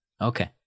okay